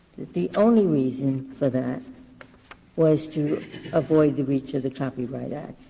that the only reason for that was to avoid the breach of the copyright act.